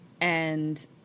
and-